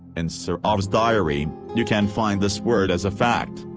and serov's diary, you can find this word as a fact.